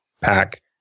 pack